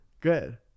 Good